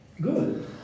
Good